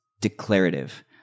declarative